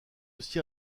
aussi